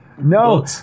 no